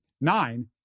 Nine